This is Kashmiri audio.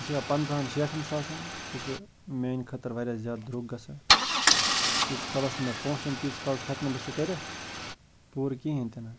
سُہ چھِ یِوان پنٛژٲہَن شیٹھَن ساسَن سُہ چھُ میٛانہِ خٲطرٕ واریاہ زیادٕ درٛوگ گژھان ییٖتِس کالَس نہٕ مےٚ پونٛسہٕ یِن تیٖتِس کالَس ہٮ۪کہٕ نہٕ بہٕ سُہ کٔرِتھ پوٗرٕ کِہیٖنۍ تہِ نہٕ حظ